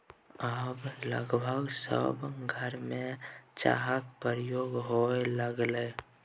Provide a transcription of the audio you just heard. आब लगभग सभ घरमे चाहक प्रयोग होए लागलै